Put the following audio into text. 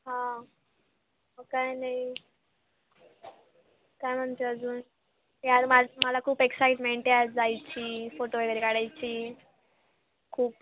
हां काय नाही काय म्हणते अजून यार मा मला खूप एक्साईटमेंट यार जायची फोटो वगैरे काढायची खूप